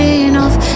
enough